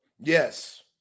Yes